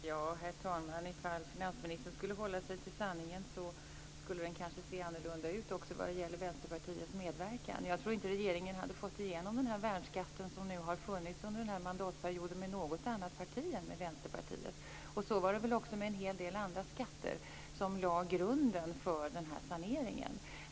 Herr talman! Om finansministern skulle hålla sig till sanningen, skulle den se annorlunda ut vad gäller Vänsterpartiets medverkan. Regeringen hade inte fått igenom värnskatten under den här perioden med hjälp av något annat parti än Vänsterpartiet. Så var det väl också med en hel del andra skatter som lade grunden för saneringen.